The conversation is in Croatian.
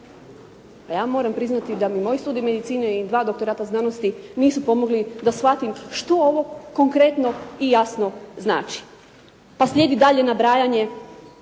Pa ja moram priznati da moj studij medicine i dva doktorata znanosti nisu pomogli da shvatim što ovo konkretno i jasno znači. Pa slijedi dalje nabrajanje,